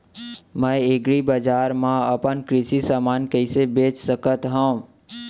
मैं एग्रीबजार मा अपन कृषि समान कइसे बेच सकत हव?